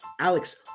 Alex